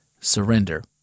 surrender